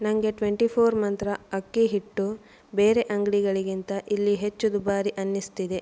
ನನಗೆ twenty four ಮಂತ್ರ ಅಕ್ಕಿ ಹಿಟ್ಟು ಬೇರೆ ಅಂಗಡಿಗಳಿಗಿಂತ ಇಲ್ಲಿ ಹೆಚ್ಚು ದುಬಾರಿ ಅನ್ನಿಸ್ತಿದೆ